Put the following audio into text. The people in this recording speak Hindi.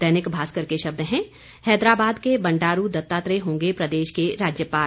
दैनिक भास्कर के शब्द हैं हैदराबाद के बंडारू दत्तात्रेय होंगे प्रदेश के राज्यपाल